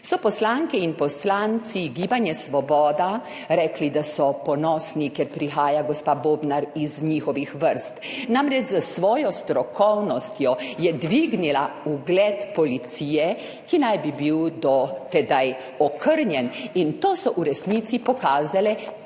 so poslanke in poslanci Gibanje Svoboda rekli, da so ponosni, ker prihaja gospa Bobnar iz njihovih vrst, namreč, s svojo strokovnostjo je dvignila ugled policije, ki naj bi bil do tedaj okrnjen, in to so v resnici pokazale tudi